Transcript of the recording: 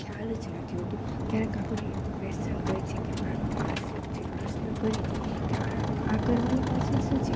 ખ્યાલ જ નથી હોતો ક્યારેક આપણે ક્વેશ્ચન કરી છીએ કે આનું આ શું છે પ્રશ્ન કરી છીએ કે આ આ કરવાનું પાછળ શું છે